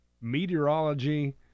Meteorology